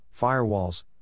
firewalls